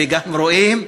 וגם רואים,